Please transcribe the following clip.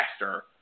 faster